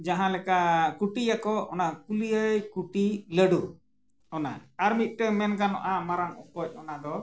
ᱡᱟᱦᱟᱸ ᱞᱮᱠᱟ ᱠᱩᱴᱤᱭᱟᱠᱚ ᱚᱱᱟ ᱠᱩᱞᱤᱭᱟᱹᱭ ᱠᱩᱴᱤ ᱞᱟᱹᱰᱩ ᱚᱱᱟ ᱟᱨ ᱢᱤᱫᱴᱟᱝ ᱢᱮᱱ ᱜᱟᱱᱚᱜᱼᱟ ᱢᱟᱨᱟᱝ ᱚᱠᱚᱡ ᱚᱱᱟᱫᱚ